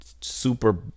super